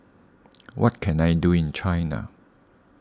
what can I do in China